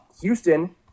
Houston